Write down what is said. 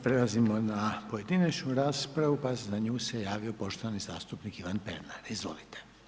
Prelazimo na pojedinačnu raspravu pa za nju se javio poštovani zastupnik Ivan Pernar, izvolite.